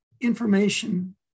information